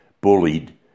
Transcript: bullied